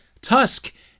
Tusk